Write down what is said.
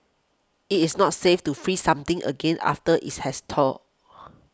it is not safe to freeze something again after it has thawed